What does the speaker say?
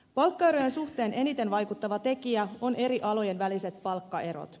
palkkaerojen suhteen eniten vaikuttava tekijä on eri alojen väliset palkkaerot